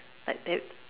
but that